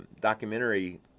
documentary